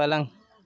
पलंग